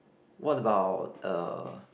what about uh